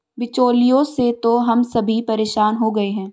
बिचौलियों से तो हम सभी परेशान हो गए हैं